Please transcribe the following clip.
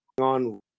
on